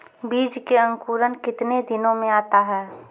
बीज मे अंकुरण कितने दिनों मे आता हैं?